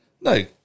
No